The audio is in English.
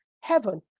heaven